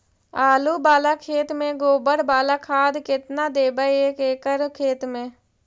आलु बाला खेत मे गोबर बाला खाद केतना देबै एक एकड़ खेत में?